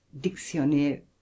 Dictionnaire